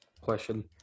question